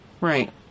Right